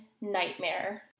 nightmare